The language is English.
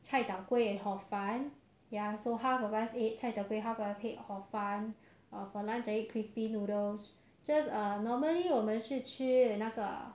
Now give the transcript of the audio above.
我们喜欢 try 新的东西的